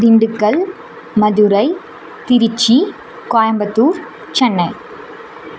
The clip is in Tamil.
திண்டுக்கல் மதுரை திருச்சி கோயம்புத்தூர் சென்னை